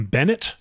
Bennett